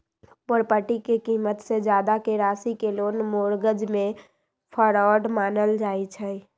property के कीमत से जादा के राशि के लोन मोर्गज में फरौड मानल जाई छई